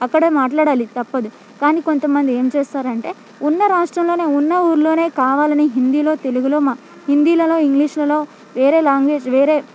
అక్కడే మాట్లాడాలి తప్పదు కానీ కొంతమంది ఏం చేస్తారంటే ఉన్న రాష్ట్రంలోనే ఉన్న ఊరిలోనే కావాలని హిందీలో తెలుగులో మా హిందీలలో ఇంగ్లీష్లలో వేరే లాంగ్వేజ్ వేరే